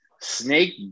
Snake